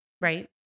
right